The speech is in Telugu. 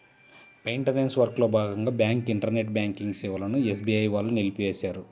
మెయింటనెన్స్ వర్క్లో భాగంగా బ్యాంకు ఇంటర్నెట్ బ్యాంకింగ్ సేవలను ఎస్బీఐ వాళ్ళు నిలిపేశారు